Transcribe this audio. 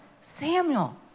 Samuel